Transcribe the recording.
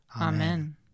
Amen